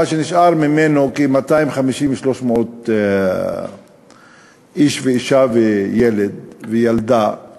מה שנשאר ממנו, 250 300 איש ואישה וילד וילדה